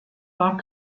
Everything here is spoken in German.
war